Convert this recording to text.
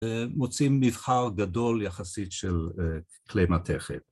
מוצאים מבחר גדול יחסית של כלי מתכת